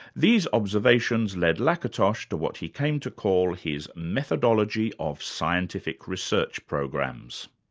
these observations led lakatos to what he came to call his methodology of scientific research programs.